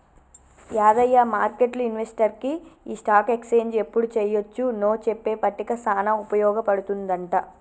యాదయ్య మార్కెట్లు ఇన్వెస్టర్కి ఈ స్టాక్ ఎక్స్చేంజ్ ఎప్పుడు చెయ్యొచ్చు నో చెప్పే పట్టిక సానా ఉపయోగ పడుతుందంట